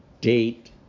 date